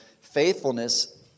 faithfulness